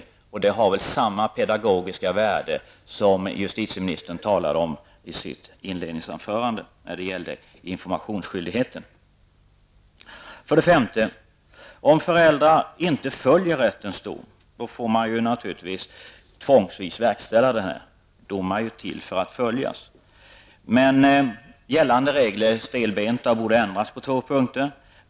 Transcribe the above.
Dessutom har det väl samma pedagogiska värde som justitieministern talade om i sitt inledningsanförande när det gällde informationsskyldigheten. För det femte: Om föräldrar inte följer rättens dom måste den naturligtvis verkställas med tvång; domar är ju till för att följas. Gällande regler är dock stelbenta och borde därför ändras på två punkter.